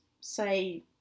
say